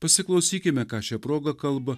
pasiklausykime ką šia proga kalba